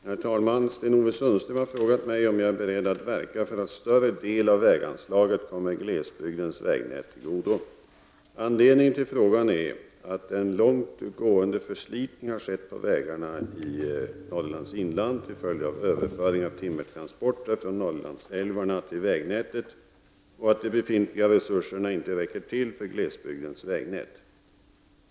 Herr talman! Sten-Ove Sundström har frågat mig om jag är beredd att verka för att större del av väganslaget kommer glesbygdens vägnät till godo. Anledningen till frågan är att en långt gående förslitning har skett på vägarna i Norrlands inland till följd av överföring av timmertransporter från Norrlandsälvarna till vägnätet och att de befintliga resurserna inte räcker till för glesbygdens vägnät.